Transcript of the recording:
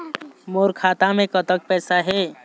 मोर खाता मे कतक पैसा हे?